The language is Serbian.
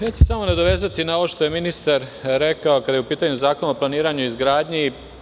Samo ću se nadovezati na ovo što je ministar rekao, kada je u pitanju Zakon o planiranju i izgradnji.